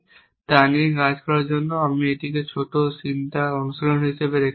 তা নিয়ে কাজ করার জন্য আমি এটিকে একটি ছোট চিন্তা অনুশীলন হিসাবে রেখে দেব